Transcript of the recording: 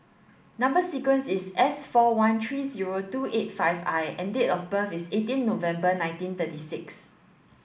number sequence is S four one three zero two eight five I and date of birth is eighteen November nineteen thirty six